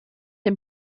dem